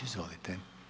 Izvolite.